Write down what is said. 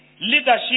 leadership